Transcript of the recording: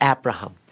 Abraham